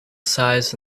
size